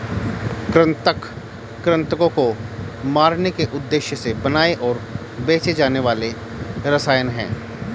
कृंतक कृन्तकों को मारने के उद्देश्य से बनाए और बेचे जाने वाले रसायन हैं